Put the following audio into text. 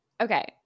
Okay